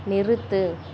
நிறுத்து